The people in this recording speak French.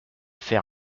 fer